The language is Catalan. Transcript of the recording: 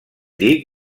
dir